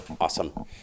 awesome